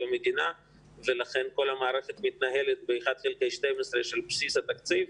המדינה ולכן כל המערכת מתנהלת ב-1 חלקי 12 של בסיס התקציב.